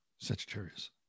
Sagittarius